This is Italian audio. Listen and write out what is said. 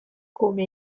come